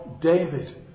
David